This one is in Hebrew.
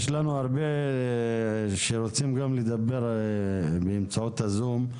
יש לנו הרבה שרוצים גם לדבר באמצעות הזום.